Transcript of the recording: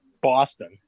Boston